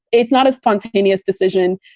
it's not a spontaneous decision.